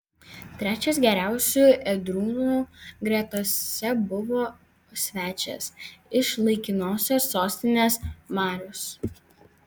trečias geriausių ėdrūnų gretose buvo svečias iš laikinosios sostinės marius